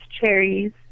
cherries